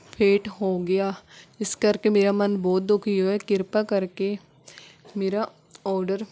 fade ਹੋ ਗਿਆ ਇਸ ਕਰਕੇ ਮੇਰਾ ਮਨ ਬਹੁਤ ਦੁੱਖੀ ਹੋਇਆ ਕਿਰਪਾ ਕਰਕੇ ਮੇਰਾ ਆਰਡਰ